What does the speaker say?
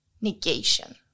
negation